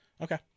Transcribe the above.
Okay